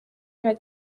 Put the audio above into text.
nta